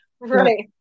Right